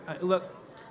Look